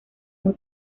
muy